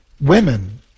women